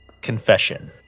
Confession